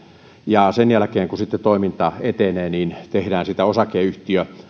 ja sen jälkeen kun sitten toiminta etenee tehdään siitä osakeyhtiö